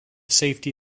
safety